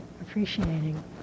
appreciating